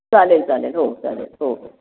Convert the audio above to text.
चालेल चालेल हो चालेल हो